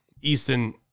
Easton